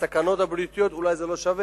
יש הסכנות הבריאותיות, אולי זה לא שווה.